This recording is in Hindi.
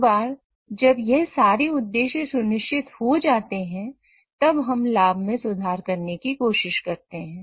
एक बार जब यह सारे उद्देश्य सुनिश्चित हो जाते हैं तब हम लाभ मैं सुधार करने की कोशिश करते हैं